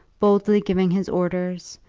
boldly giving his orders,